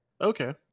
Okay